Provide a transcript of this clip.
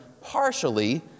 partially